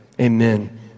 Amen